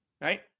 right